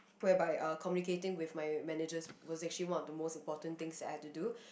whereby uh communicating with my managers was actually one of the most important things I had to do